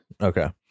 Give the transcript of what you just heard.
okay